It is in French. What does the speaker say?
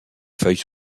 feuilles